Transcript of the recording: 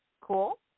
Cool